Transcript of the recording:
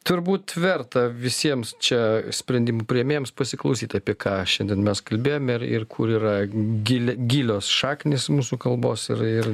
turbūt verta visiems čia sprendimų priėmėjams pasiklausyt apie ką šiandien mes kalbėjome ir ir kur yra gili gilios šaknys mūsų kalbos ir ir